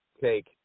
take